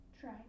try